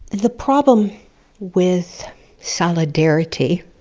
the problem with solidarity